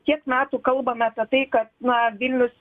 tiek metų kalbame apie tai kad na vilnius